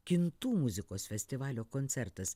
kintų muzikos festivalio koncertas